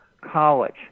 college